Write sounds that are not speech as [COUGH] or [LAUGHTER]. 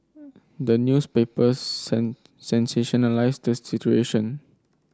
the newspapers [UNINTELLIGIBLE] sensationalise the situation